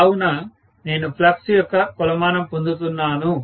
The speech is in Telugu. కావున నేను ఫ్లక్స్ యొక్క కొలమానం పొందుతున్నాను